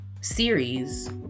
series